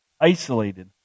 isolated